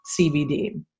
CBD